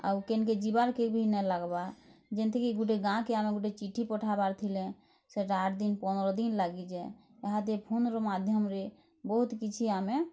ଆଉ କିନ୍ କେ ଯିବାର କେ ବି ନାଇ ଲାଗବା ଯେମିତି କି ଗୋଟେ ଗାଁ କେ ଆମେ ଚିଠି ପଠାବାର ଥିଲେ ସେଟା ଆଠ ଦିନ ପନ୍ଦର ଦିନ୍ ଲାଗି ଯାଏ ଏହା ଦେ ଫୋନ୍ର ମାଧ୍ୟମରେ ବହୁତ କିଛି ଆମେ